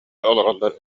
олороллор